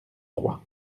trois